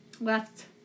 left